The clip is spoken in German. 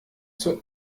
zur